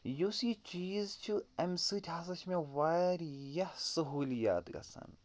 یُس یہِ چیٖز چھِ اَمہِ سۭتۍ ہَسا چھِ مےٚ واریاہ سہوٗلِیات گژھان